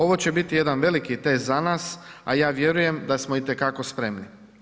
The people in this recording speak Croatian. Ovo će biti jedan veliki test za nas, a ja vjerujem da smo itekako spremni.